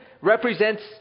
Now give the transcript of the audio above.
represents